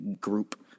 group